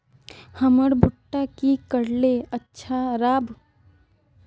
हमर भुट्टा की करले अच्छा राब?